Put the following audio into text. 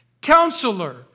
Counselor